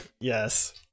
Yes